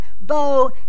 bow